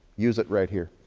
use it right here.